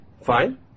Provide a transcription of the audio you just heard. fine